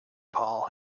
paul